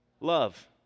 love